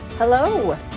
Hello